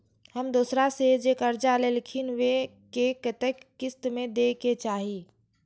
हम दोसरा से जे कर्जा लेलखिन वे के कतेक किस्त में दे के चाही?